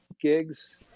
gigs